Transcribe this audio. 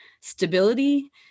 stability